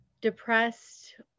depressed